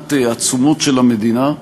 מבחינת התשומות של המדינה,